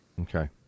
Okay